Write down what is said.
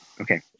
okay